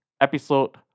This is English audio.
episode